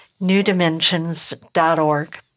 newdimensions.org